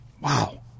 Wow